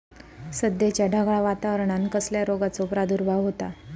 सध्याच्या ढगाळ वातावरणान कसल्या रोगाचो प्रादुर्भाव होता?